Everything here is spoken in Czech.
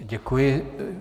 Děkuji.